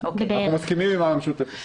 אנחנו מסכימים עם המשותפת.